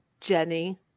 Jenny